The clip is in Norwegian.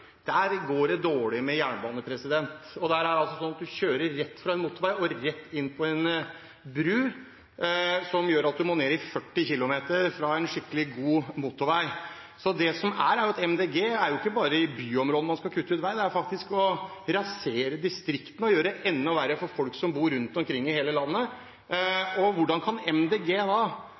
Der går det dårlig med jernbane, og der kjører man fra en motorvei og rett inn på en bro, noe som gjør at man må ned i 40 km/t fra en skikkelig god motorvei. Det er jo ikke bare i byområdene Miljøpartiet De Grønne skal kutte ut vei; det er faktisk å rasere distriktene og gjøre det enda verre for folk som bor rundt omkring i hele landet. Miljøpartiet De Grønne har faktisk en del stemmer på noen av disse stedene. Jeg kan